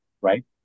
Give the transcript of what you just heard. right